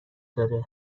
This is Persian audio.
داره